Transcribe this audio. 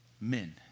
men